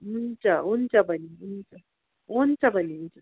हुन्छ हुन्छ बहिनी हुन्छ हुन्छ बहिनी हुन्छ